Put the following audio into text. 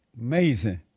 Amazing